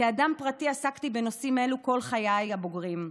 כאדם פרטי עסקתי בנושאים אלו כל חיי הבוגרים,